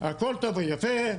והכול טוב ויפה,